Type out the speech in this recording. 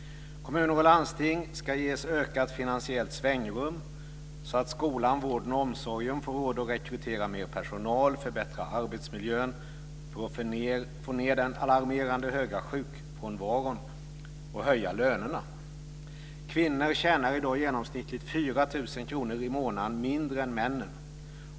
Kommuner och landsting ska ges ökat finansiellt svängrum så att skolan, vården och omsorgen får råd att rekrytera mer personal och förbättra arbetsmiljön för att få ned den alarmerande höga sjukfrånvaron och höja lönerna. Kvinnor tjänar i dag genomsnittligt 4 000 kr mindre i månaden än männen.